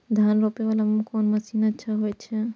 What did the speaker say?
धान रोपे वाला कोन मशीन अच्छा होय छे?